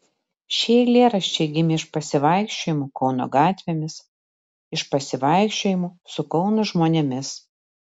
šie eilėraščiai gimė iš pasivaikščiojimų kauno gatvėmis iš pasivaikščiojimų su kauno žmonėmis